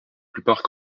plupart